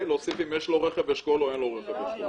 להוסיף אם יש לו רכב אשכול או אין לו רכב אשכול.